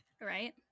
Right